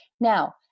Now